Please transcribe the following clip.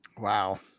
Wow